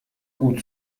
gut